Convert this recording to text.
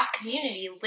community